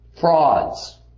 frauds